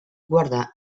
guardar